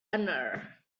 honor